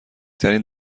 ترین